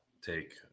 take